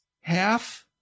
half